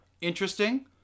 interesting